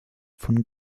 von